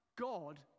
God